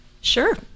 Sure